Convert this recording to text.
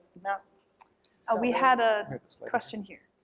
no. ah we had a question here.